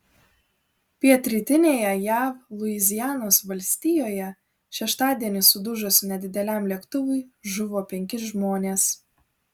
pietrytinėje jav luizianos valstijoje šeštadienį sudužus nedideliam lėktuvui žuvo penki žmonės